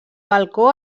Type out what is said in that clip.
balcó